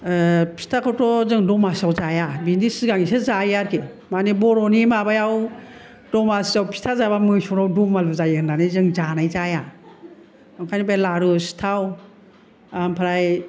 ओ फिथाखौथ' जों दमासियाव जाया बिनि सिगाङैसो जायो आरोखि माने बर'नि माबायाव दमासिआव फिथा जाबा मोसौनाव दुमालु जायो होननानै जों जानाय जाया बेनिखायनो बे लारु सिथाव ओमफ्राय